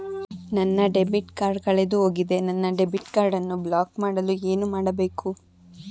ನನ್ನ debit card ಕಳೆದುಹೋಗಿದೆ ನನ್ನ ಡೆಬಿಟ್ ಕಾರ್ಡ್ ಅನ್ನು ಬ್ಲಾಕ್ ಮಾಡಲು ಏನು ಮಾಡಬೇಕು?